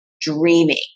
dreaming